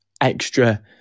extra